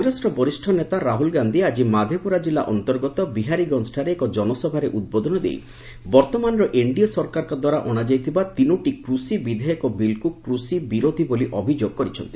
କଂଗ୍ରେସର ବରିଷ୍ଣ ନେତା ରାହୁଲ ଗାନ୍ଧି ଆଜି ମାଧେପୁରା ଜିଲ୍ଲା ଅନ୍ତର୍ଗତ ବିହାରୀଗଞ୍ଜଠାରେ ଏକ ଜନସଭାରେ ଉଦ୍ବୋଧନ ଦେଇ ବର୍ତ୍ତମାନର ଏନ୍ଡିଏ ସରକାରଙ୍କ ଦ୍ୱାରା ଅଣାଯାଇଥିବା ତିନୋଟି କୃଷି ବିଧେୟକ ବିଲ୍କୁ କୃଷକ ବିରୋଧୀ ବୋଲି ଅଭିଯୋଗ କରିଛନ୍ତି